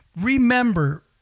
remember